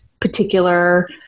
particular